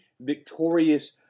victorious